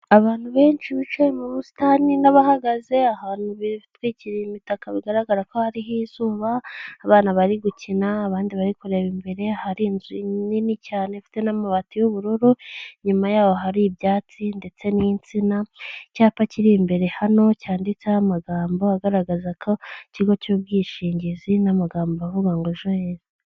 Abantu benshi bicaye mu busitani n'abahagaze ahantu bitwikiriye imitaka bigaragara ko hariho izuba, abana bari gukina abandi bari kureba imbere, hari inzu nini cyane ifite n'amabati y'ubururu, inyuma yaho hari ibyatsi ndetse n'insina, icyapa kiri imbere hano cyanditseho amagambo agaragaza ko ikigo cy'ubwishingizi n'amagambo avuga ngo: "ejo heza."